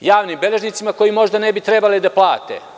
javnim beležnicima koje možda ne bi trebali da plate.